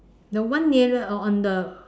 the one nearer or on the